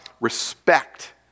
respect